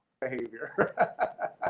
behavior